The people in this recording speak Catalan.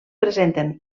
presenten